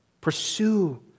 Pursue